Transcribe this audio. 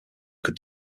could